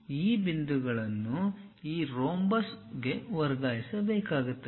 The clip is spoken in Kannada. ಈ ಬಿಂದುಗಳನ್ನು ಈ ರೋಂಬಸ್ಗೆ ವರ್ಗಾಯಿಸಬೇಕಾಗುತ್ತದೆ